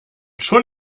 schon